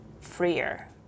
freer